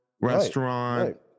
restaurant